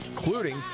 including